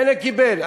חלק קיבל.